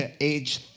age